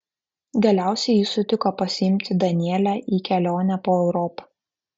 galiausiai jis sutiko pasiimti danielę į kelionę po europą